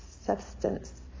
substance